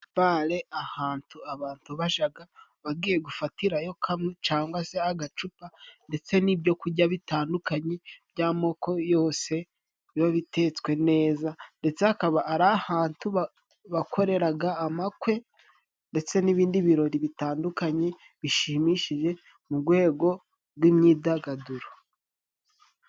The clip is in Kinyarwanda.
Bale ahantu abantu bajaga bagiye gufatirayo kamwe cyangwa se agacupa, ndetse n'ibyo kujya bitandukanye by'amoko yose biba bitetswe neza, ndetse hakaba ari ahantu bakoreraga amakwe ndetse n'ibindi birori bitandukanye bishimishije, mu gwego gw'imyidagaduro.